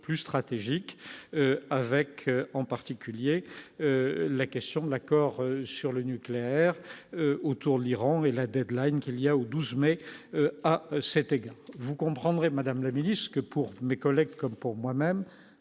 plus stratégique, avec en particulier la question de l'accord sur le nucléaire autour de l'Iran et la Deadline, qu'il y a au 12 mai à cet égard, vous comprendrez madame la ministre que pour mes collègues, comme pour moi-même